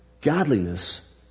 Godliness